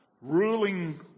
ruling